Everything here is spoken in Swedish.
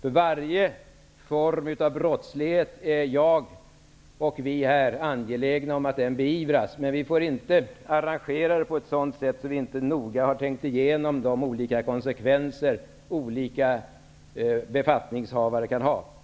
Vi är alla angelägna om att varje form av brottslighet beivras. Vi får emellertid inte arrangera det på ett sådant sätt att vi inte noga har tänkt igenom vilken roll olika befattningshavare kan ha.